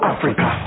Africa